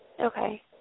Okay